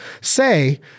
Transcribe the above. say